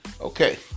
Okay